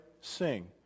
sing